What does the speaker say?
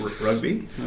Rugby